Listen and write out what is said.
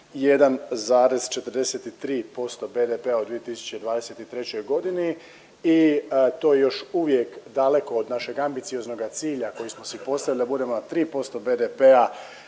1,43% BDP-a u 2023.g. i to je još uvijek daleko od našeg ambicioznoga cilja koji smo si postavili da budemo na 3% BDP-a,